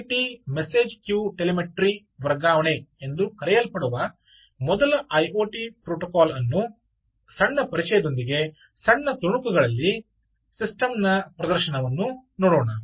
MQTT message queue telemetry ವರ್ಗಾವಣೆ ಎಂದು ಕರೆಯಲ್ಪಡುವ ಮೊದಲ ಐಒಟಿ ಪ್ರೋಟೋಕಾಲ್ ಅನ್ನು ಸಣ್ಣ ಪರಿಚಯದೊಂದಿಗೆ ಸಣ್ಣ ತುಣುಕುಗಳಲ್ಲಿ ಸಿಸ್ಟಮ್ನ ಪ್ರದರ್ಶನವನ್ನು ನೋಡೋಣ